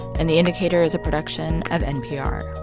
and the indicator is a production of npr